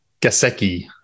Gaseki